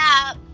up